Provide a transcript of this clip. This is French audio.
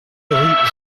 rue